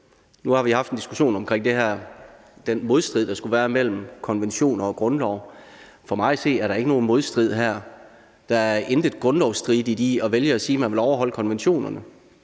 Nu har vi haft en diskussion om den modstrid, der skulle være mellem konventioner og grundloven. For mig at se er der ikke nogen modstrid her. Jeg synes, det er væsentligt at få slået fast, at der intet grundlovsstridigt er i at vælge at sige, at man vil overholde konventionerne.